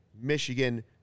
Michigan